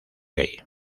gay